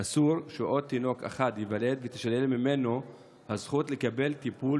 אסור שעוד תינוק אחד ייוולד ותישלל ממנו הזכות לקבל טיפול,